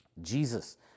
Jesus